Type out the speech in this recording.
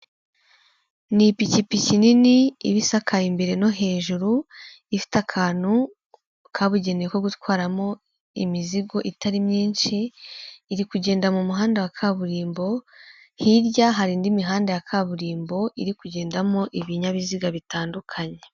Ni ipikipiki nini iba isakaye imbere no hejuru, ifite akantu kabugenewe ko gutwaramo imizigo itari myinshi, iri kugenda mu muhanda wa kaburimbo, hirya hari indi mihanda ya kaburimbo iri kugendamo ibinyabiziga bitandukanye.